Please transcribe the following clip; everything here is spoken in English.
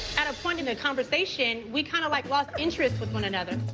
at a point in the conversation, we kinda like lost interest with one another.